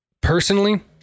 Personally